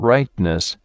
Rightness